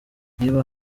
niba